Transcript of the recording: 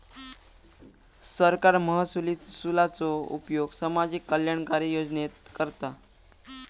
सरकार महसुलाचो उपयोग सामाजिक कल्याणकारी योजनेत करता